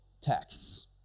texts